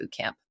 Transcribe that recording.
bootcamp